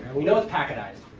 we know it's packtized,